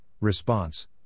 Response